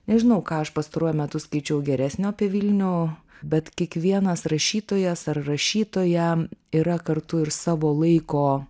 nežinau ką aš pastaruoju metu skaičiau geresnio apie vilnių bet kiekvienas rašytojas ar rašytoja yra kartu ir savo laiko